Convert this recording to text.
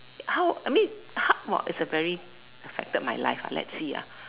how I mean how it's a very affected my life ah let's see ah